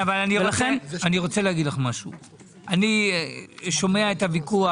אני שומע את הוויכוח.